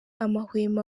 amahwemo